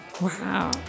Wow